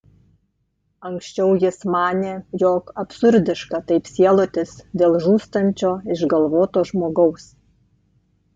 anksčiau jis manė jog absurdiška taip sielotis dėl žūstančio išgalvoto žmogaus